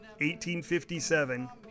1857